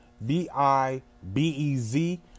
V-I-B-E-Z